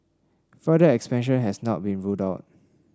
further expansion has not been ruled out